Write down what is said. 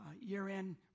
year-end